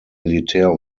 militär